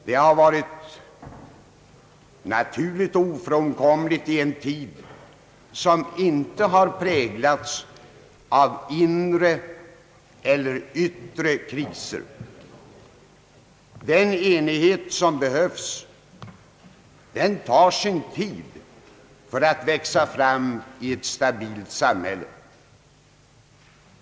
Den har varit naturlig och ofrånkomlig i en tid som inte har präglats av inre eller yttre kriser. Den enighet som behövs tar sin tid för att växa fram i ett stabilt samhälle.